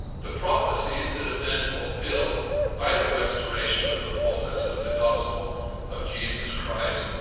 the prophecies that have been fulfilled by the restoration of the fulness of the gospel of jesus christ,